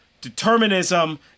determinism